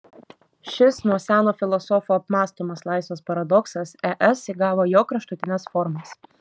šis nuo seno filosofų apmąstomas laisvės paradoksas es įgavo jo kraštutines formas